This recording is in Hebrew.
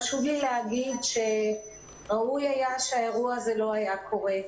חשוב לי להגיד שראוי היה שהאירוע הזה לא היה קורה.